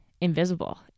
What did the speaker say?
invisible